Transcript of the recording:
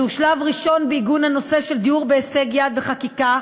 זהו שלב ראשון בעיגון הנושא של דיור בהישג יד בחקיקה,